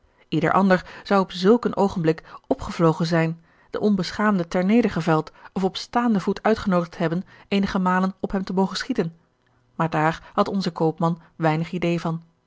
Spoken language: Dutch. ieder ander zou op zulk een oogenblik opgevlogen zijn den onbeschaamde ter neder geveld of op staanden voet uitgenoodigd hebben eenige malen op hem te mogen schieten maar daar had onze koopman weinig idee van